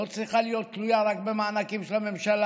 לא צריכה להיות תלויה רק במענקים של הממשלה,